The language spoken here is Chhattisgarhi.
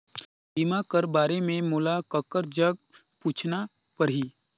बीमा कर बारे मे मोला ककर जग पूछना परही?